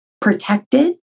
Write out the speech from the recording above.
protected